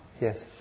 Yes